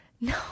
no